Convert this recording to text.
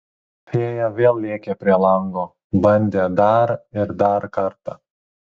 fėja vėl lėkė prie lango bandė dar ir dar kartą